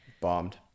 bombed